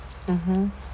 mmhmm